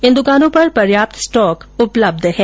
इन दुकानों पर पर्याप्त स्टॉक उपलब्ध है